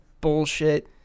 bullshit